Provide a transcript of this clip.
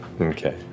Okay